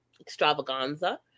extravaganza